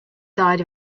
died